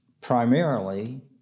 primarily